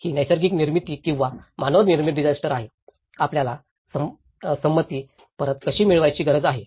ही नैसर्गिक निर्मित किंवा मानवनिर्मित डिजास्टर आहे आपल्याला संमती परत कशी मिळवायची गरज आहे